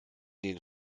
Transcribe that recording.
den